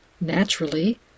naturally